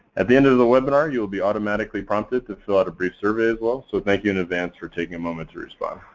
at the end of the webinar, you will be automatically prompted to fill out a brief survey as well, so thank you in advance for taking a moment to respond.